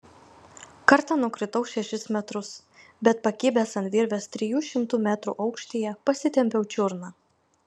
kartą nukritau šešis metrus bet pakibęs ant virvės trijų šimtų metrų aukštyje pasitempiau čiurną